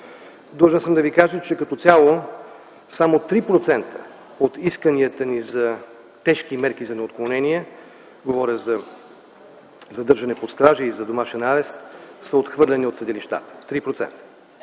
Длъжен съм да ви кажа, че като цяло само 3% от исканията ни за тежки мерки за неотклонение, говоря за задържане под стража и за домашен арест, са отхвърлени от съдилищата. Три